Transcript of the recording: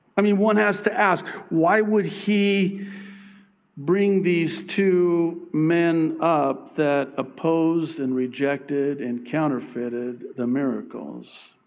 i mean, one has to ask, why would he bring these two men up that opposed and rejected and counterfeited the miracles?